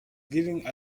giving